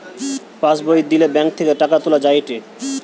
pass বই দিলে bank থেকে টাকা তুলা যায়েটে